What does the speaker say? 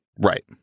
Right